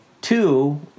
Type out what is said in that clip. two